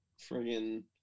friggin